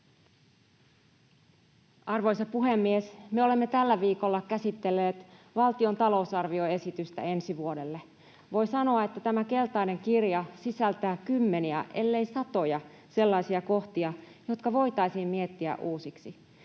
Arvoisa puhemies! Me olemme tällä viikolla käsitelleet valtion talousarvioesitystä ensi vuodelle. Voi sanoa, että tämä keltainen kirja sisältää kymmeniä, ellei satoja sellaisia kohtia, jotka voitaisiin miettiä uusiksi.